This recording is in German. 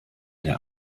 der